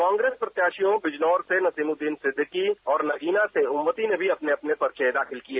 कांग्रेस प्रत्याशियों बिजनौर से नसीमुद्दीन सिद्दीकी और नगीना से ओयवती ने भी अपने अपने पर्वे दाखिल किए